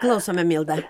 klausome milda